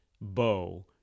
bow